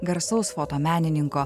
garsaus fotomenininko